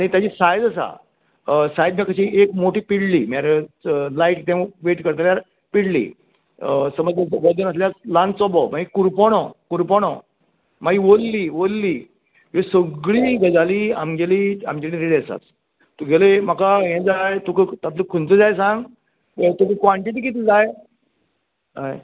आनी ताची सायज आसा सायज म्हण कशी एक मोटी पिळ्ळी म्हळ्यार लाइट देवू वेट करतल्यार पिळ्ळी समज ल्हान चोबो मागीर कुरपणो कुरपणो मागीर वल्ली वल्ली ह्यो सगळीं गजाली आमगेंली आमचे कडेन रेडी आसात तुगेलें म्हाका हे जाय तुका खंयचो जाय सांग तुका क्वान्टीटी कितलें जाय हय